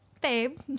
Babe